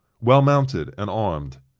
well mounted and armed.